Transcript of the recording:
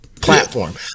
platform